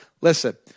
Listen